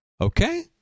Okay